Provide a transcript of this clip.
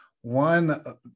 One